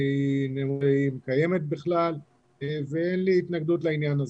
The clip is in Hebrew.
--- אם קיימת בכלל ואין לי התנגדות לעניין הזה.